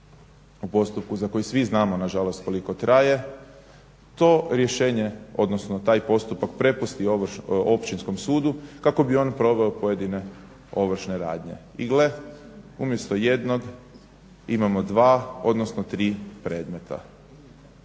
u postupku za koji svi znamo nažalost koliko traje to rješenje, odnosno taj postupak prepusti Općinskom sudu kako bi on proveo pojedine ovršne radnje. I gle, umjesto jednog imamo dva, odnosno tri predmeta.